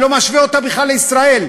אני לא משווה אותה בכלל לישראל,